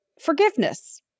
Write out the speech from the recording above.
forgiveness